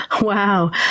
Wow